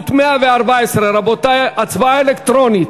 לא נתקבלה.